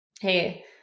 hey